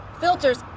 Filters